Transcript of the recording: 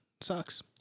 sucks